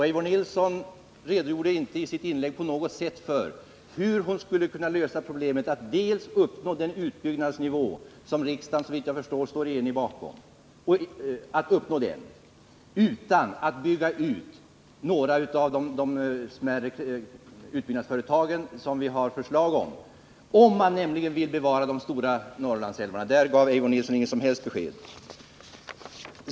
Eivor Nilson redogjorde i sitt inlägg inte på något sätt för hur hon skulle kunna lösa problemet att uppnå den utbyggnadsnivå som riksdagen såvitt jag förstår står enig bakom utan att förverkliga några av de smärre utbyggnadsföretag som vi har förslag om —- om man vill bevara de stora Norrlandsälvarna. Där gav Eivor Nilson inget som helst besked.